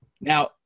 Now